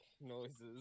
noises